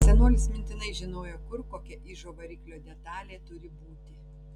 senolis mintinai žinojo kur kokia ižo variklio detalė turi būti